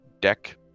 deck